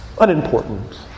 unimportant